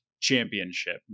championship